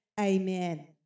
amen